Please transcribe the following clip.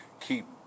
keep